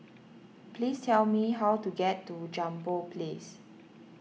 please tell me how to get to Jambol Place